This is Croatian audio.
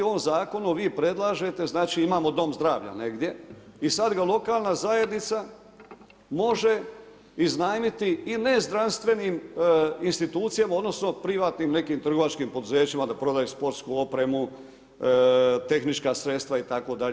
U ovom zakonu vi predlažete, znači imamo dom zdravlja negdje i sad ga lokalna zajednica može iznajmiti i ne zdravstvenim institucijama, odnosno privatnim nekim trgovačkim poduzećima da prodaju sportsku opremu, tehnička sredstva itd.